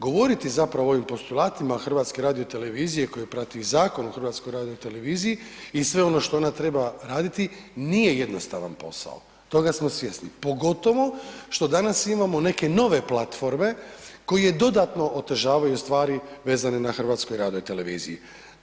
Govoriti zapravo o ovim postulatima HRT-a koju prati i Zakon o HRT-u i sve ono što ona treba raditi, nije jednostavan posao, toga smo svjesni, pogotovo što danas imamo neke nove platforme koje dodatno otežavaju stvari vezane na HRT-u.